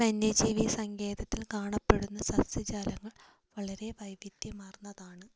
ഈ വന്യജീവി സങ്കേതത്തിൽ കാണപ്പെടുന്ന സസ്യജാലങ്ങൾ വളരെ വൈവിധ്യമാർന്നതാണ്